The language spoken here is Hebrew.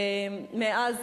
מאז